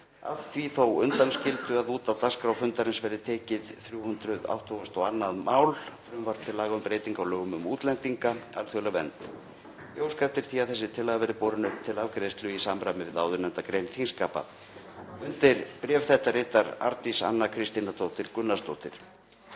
að því þó undanskildu að út af dagskrá fundarins verði tekið 382. mál, frumvarp til laga um breytingu á lögum um útlendinga, alþjóðlega vernd. Ég óska eftir því að þessi tillaga verði borin upp til afgreiðslu í samræmi við áðurnefnda grein þingskapa.“ Undir bréf þetta ritar Arndís Anna Kristínardóttir Gunnarsdóttir.